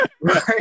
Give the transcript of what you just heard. Right